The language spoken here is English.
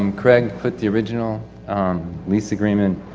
um craig put the original lease agreement